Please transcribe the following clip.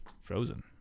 Frozen